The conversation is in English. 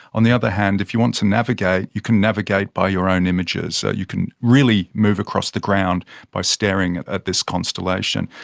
on the other hand, if you want to navigate, you can navigate by your own images. so, you can really move across the ground by staring at this constellation.